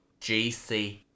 gc